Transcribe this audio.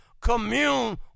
commune